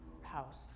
house